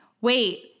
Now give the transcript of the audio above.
wait